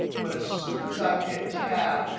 but as soon as i hit tab,